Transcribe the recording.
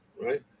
right